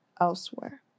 elsewhere